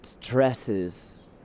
dresses